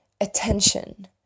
attention